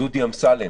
דודי אמסלם